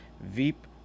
Veep